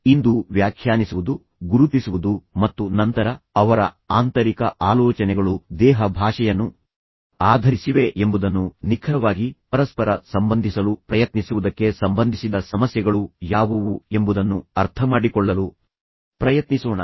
ಆದರೆ ಇಂದು ವ್ಯಾಖ್ಯಾನಿಸುವುದು ಗುರುತಿಸುವುದು ಮತ್ತು ನಂತರ ಅವರ ಆಂತರಿಕ ಆಲೋಚನೆಗಳು ದೇಹ ಭಾಷೆಯನ್ನು ಆಧರಿಸಿವೆ ಎಂಬುದನ್ನು ನಿಖರವಾಗಿ ಪರಸ್ಪರ ಸಂಬಂಧಿಸಲು ಪ್ರಯತ್ನಿಸುವುದಕ್ಕೆ ಸಂಬಂಧಿಸಿದ ಸಮಸ್ಯೆಗಳು ಯಾವುವು ಎಂಬುದನ್ನು ಅರ್ಥಮಾಡಿಕೊಳ್ಳಲು ಪ್ರಯತ್ನಿಸೋಣ